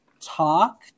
talk